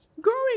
growing